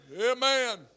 Amen